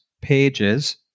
pages